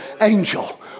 angel